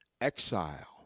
Exile